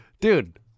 Dude